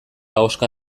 ahoska